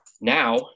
Now